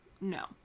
No